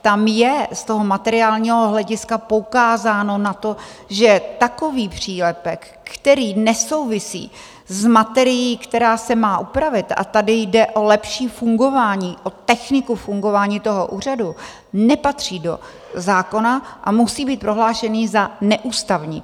Tam je z toho materiálního hlediska poukázáno na to, že takový přílepek, který nesouvisí s materií, která se má upravit a tady jde o lepší fungování, o techniku fungování toho úřadu nepatří do zákona a musí být prohlášen za neústavní.